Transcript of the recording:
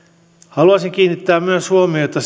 haluaisin kiinnittää huomiota